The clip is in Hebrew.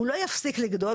הוא לא יפסיק לגדול,